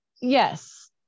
yes